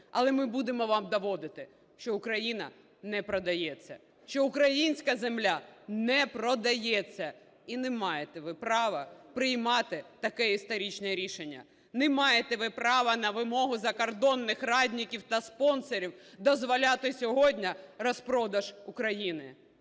але ми будемо вам доводити, що Україна не продається, що українська земля не продається, і не маєте ви право приймати таке історичне рішення. Не маєте ви право на вимогу закордонних радників та спонсорів дозволяти сьогодні розпродаж України.